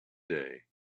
day